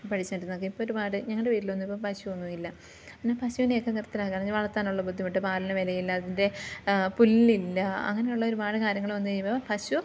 പൊടിച്ചിരുന്നത് ഇപ്പോൾ ഒരുപാട് ഞങ്ങളുടെ വീട്ടിലൊന്നും ഇപ്പം പശുവൊന്നുമില്ല പിന്നെ പശുവിനെയൊക്കെ നിർത്തലാക്കുകയാണ് വളർത്താനുള്ള ബുദ്ധിമുട്ട് പാലിന് വിലയില്ല അതിൻ്റെ പുല്ലില്ല അങ്ങനെയുള്ള ഒരുപാട് കാര്യങ്ങൾ വന്നു കഴിയുമ്പോൾ പശു